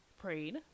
prayed